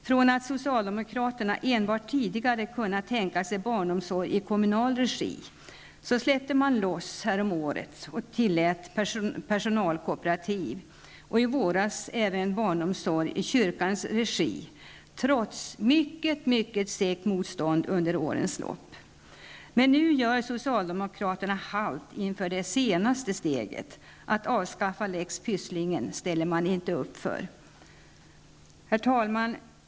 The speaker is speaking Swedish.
Från att socialdemokraterna tidigare enbart kunnat tänka sig barnomsorg i kommunal regi släppte de häromåret loss och tillät personalkooperativ och i våras även barnomsorg i kyrkans regi, trots mycket segt motstånd under årens lopp. Men nu gör socialdemokraterna halt inför det senaste steget -- att avskaffa lex Pysslingen ställer de inte upp för.